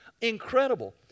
Incredible